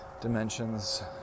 dimensions